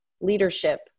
leadership